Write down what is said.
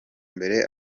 mbere